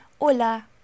Hola